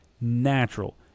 natural